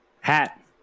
hat